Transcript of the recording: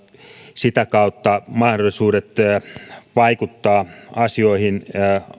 sitä kautta mahdollisuudet vaikuttaa asioihin